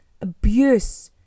abuse